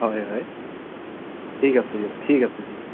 হয় হয় ঠিক আছে দিয়ক ঠিক আছে ঠিক আছে